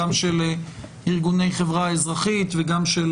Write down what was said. גם של ארגוני החברה האזרחית וגם של